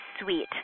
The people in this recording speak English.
SWEET